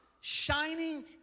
shining